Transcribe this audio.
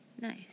Nice